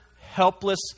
helpless